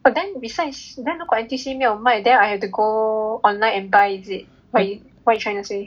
but then besides then 如果 N_T_U_C 没有卖 then I have to go online and buy is it what what are you trying to say